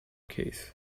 case